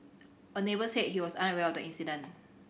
a neighbour said he was unaware of the incident